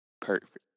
perfect